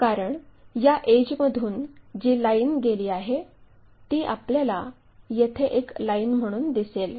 कारण या एड्जमधून जी लाईन गेली आहे ती आपल्याला येथे एक लाईन म्हणून दिसेल